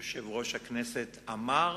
שיושב-ראש הכנסת אמר,